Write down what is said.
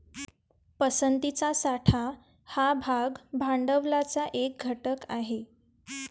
पसंतीचा साठा हा भाग भांडवलाचा एक घटक आहे